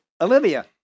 Olivia